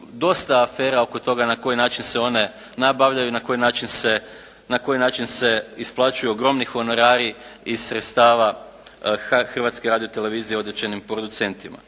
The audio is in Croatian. dosta afera oko toga na koji način se one nabavljaju i na koji način se isplaćuju ogromni honorari iz sredstava Hrvatske radio-televizije određenim producentima.